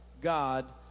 God